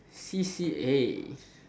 c_c_a